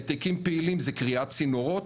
העתקים פעילים זה קריעת צינורות.